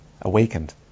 awakened